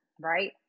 right